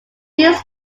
these